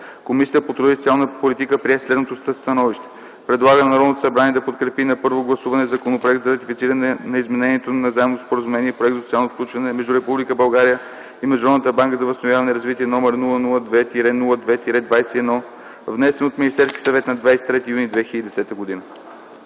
Комисията по труда и социалната политика прие следното становище: Предлага на Народното събрание да подкрепи на първо гласуване Законопроект за ратифициране на Изменението на Заемното споразумение (Проект за социално включване) между Република България и Международната банка за възстановяване и развитие, № 002-02-21, внесен от Министерския съвет на 23 юни 2010 г.”